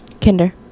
Kinder